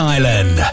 Island